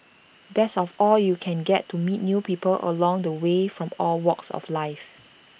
best of all you can get to meet new people along the way from all walks of life